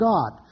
God